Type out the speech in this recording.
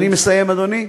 אני מסיים, אדוני.